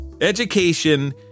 Education